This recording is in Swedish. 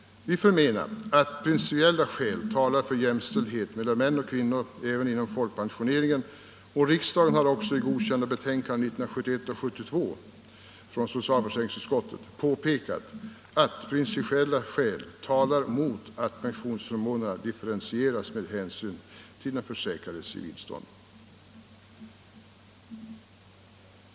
Vi menar att principiella skäl talar för jämställdhet mellan män och kvinnor även inom folkpensioneringen, och riksdagen har också i godkända betänkanden från socialförsäkringsutskottet åren 1971 och 1972 påpekat att principiella skäl talar mot att pensionsförmånerna differentieras med hänsyn till den försäkrades civilstånd.